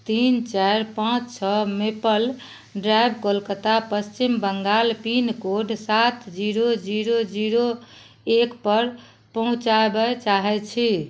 तीन चारि पाँच छओ maple drive Kolkata Paschim Bengal pincode सात जीरो जीरो जीरो एक पर पहुँचाबय चाहै छी